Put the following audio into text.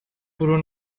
فرو